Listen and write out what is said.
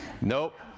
Nope